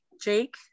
Jake